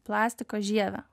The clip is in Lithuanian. plastiko žievę